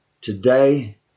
today